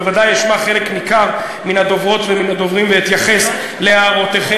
וודאי אשמע חלק ניכר מן הדוברות ומן הדוברים ואתייחס להערותיכם,